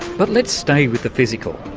but let's stay with the physical,